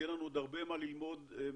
יהיה לנו עוד הרבה מה ללמוד מהם.